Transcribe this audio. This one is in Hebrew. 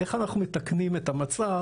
איך אנחנו מתקנים את המצב